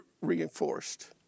reinforced